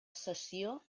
cessió